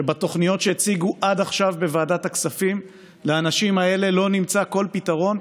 בתוכניות שהציגו עד עכשיו בוועדת הכספים לאנשים האלה לא נמצא כל פתרון,